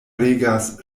regas